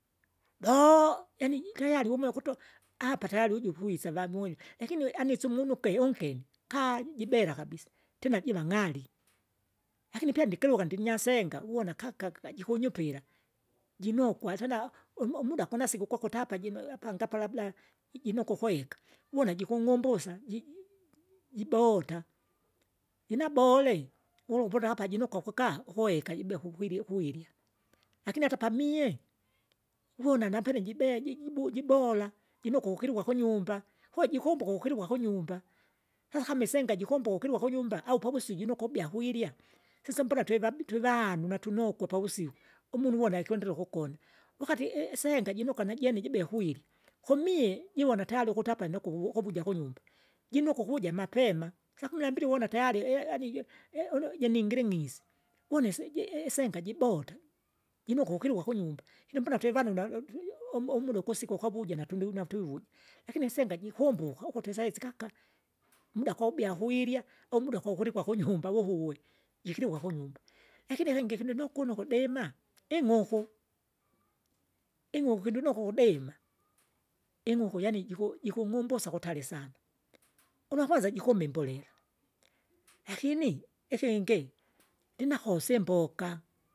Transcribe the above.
Doo, yaani tayari umeukuto, apa tayari uju ukwisa vamunye, lakini anisi umunyuke yongeni kaa! jibera kabisa, tena jiva ng'ari. lakini pia ndikivuka ndinyasenga, uvoka ka- ka- ka jikunyupira. Jinokwa tena, um- umuda kunasiku kwakuta apa jino apange apa labda, jinoko ukweka, uvuna jikung'umbusa jibota, jinabole, uluputi apa apa jinokwa kukuaa, ukuweka jibea kukwiri kwirya. Lakini akapamie, uvona napene jibe jijbu jibora, jinokwa ukiligwa kunyumba, koo jikumbuka ukukiligwa kunyumba, hakama isenga jikomboka ukiligwa kunyumba, au pavusi jino ukubya kwirya, siso mpaka tweva twevanu natunokwa pavusiku, umunu uvona ikwenderaukukona, wakati i- isenga jinokwa najene jibea ukwirya, kumie jivona tayari ukuti apa noko ukuvuja kunyumba, jinokwa ukuvuja mapema, sakumi nambili uvona tayari ie- yanijo i- unejiningiling'ise, une siji isenga jibota, jinokwa ukirigwa kunyumba, lino mbona tuivanu na um- umuda ukusika ukavuja natundu natuvuja, lakini isenga jikumbuka, ukuti isaisi ka- ka muda koubia kuirya, umuda kukulikwa kunyumba vuvue, jikirikwa kunyumba. Lakini ilingi ikinikunu ukudima, ing'uku, ing'uku kindinuku ukudima, ing'uku yani jiku- jikung'umbusya kutali sana. Una kwanza jikumba imbolela, lakini ikingi ndinakosa imboka.